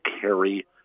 carry